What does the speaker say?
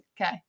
Okay